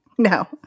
No